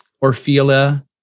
orfila